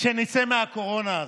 שנצא מהקורונה הזאת,